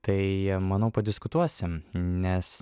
tai manau padiskutuosim nes